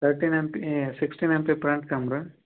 thirteen M P sixteen M P front camera